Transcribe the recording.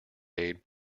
aid